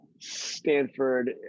Stanford